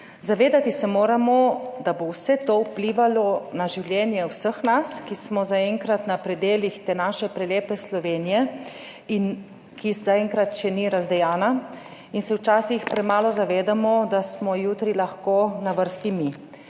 Zavedati se moramo, da bo vse to vplivalo na življenje vseh nas, ki smo zaenkrat na predelih te naše prelepe Slovenije in ki zaenkrat še ni razdejana, in se včasih premalo zavedamo, da smo jutri lahko na vrsti mi.